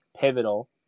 pivotal